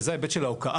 וזה ההיבט של ההוקעה.